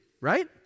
right